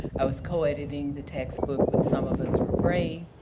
i was co-auditing the textbook, but some of us are brave.